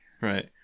Right